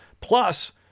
Plus